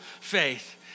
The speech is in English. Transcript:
faith